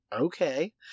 Okay